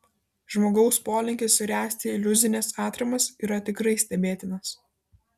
žmogaus polinkis ręsti iliuzines atramas yra tikrai stebėtinas